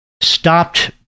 stopped